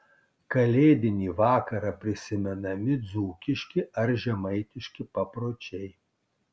kalėdinį vakarą prisimenami dzūkiški ar žemaitiški papročiai